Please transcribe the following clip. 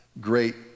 great